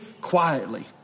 quietly